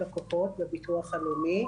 בביטוח הלאומי.